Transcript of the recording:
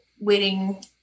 waiting